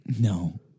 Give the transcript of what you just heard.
No